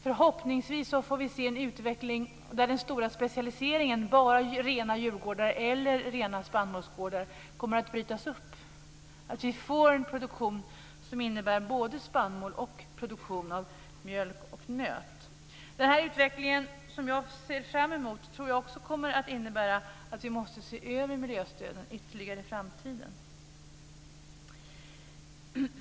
Förhoppningsvis får vi se en utveckling där den stora specialiseringen, bara rena djurgårdar eller rena spannmålsgårdar, kommer att brytas upp och vi får en produktion av både spannmål och mjölk och nötboskap. Detta är en utveckling som jag ser fram emot. Jag tror att den också kommer att innebära att vi måste se över miljöstöden ytterligare i framtiden.